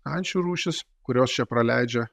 ančių rūšys kurios čia praleidžia